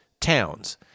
towns